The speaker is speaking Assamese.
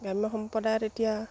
গ্ৰাম্য সম্প্ৰদায়ত এতিয়া